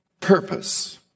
purpose